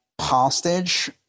hostage